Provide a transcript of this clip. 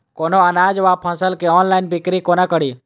कोनों अनाज वा फसल केँ ऑनलाइन बिक्री कोना कड़ी?